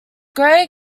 grey